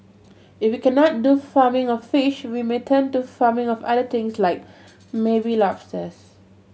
if we cannot do farming of fish we may turn to farming of other things like maybe lobsters